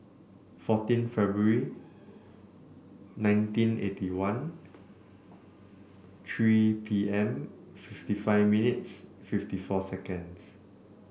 fourteen February nineteen eighty one three P M fifty five minutes fifty four seconds